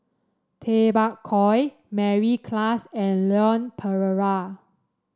Tay Bak Koi Mary Klass and Leon Perera